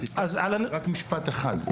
רק משפט אחד.